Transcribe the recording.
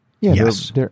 Yes